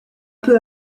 peu